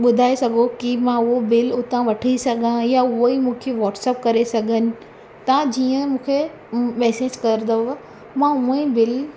ॿुधाए सघो की मां हूअ बिल उतां वठी सघा या उहेई मूंखे वॉट्सएप करे सघनि तव्हां जीअं मूंखे मेसिज कंदव मां हूअं ई बिल